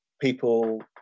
people